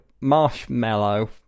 marshmallow